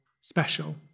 special